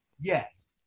yes